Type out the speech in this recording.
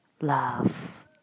Love